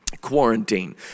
Quarantine